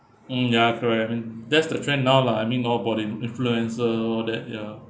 mm ya correct I mean that's the trend now lah I mean all about the influencers all that ya